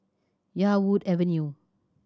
Yarwood Avenue